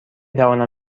توانم